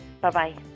bye-bye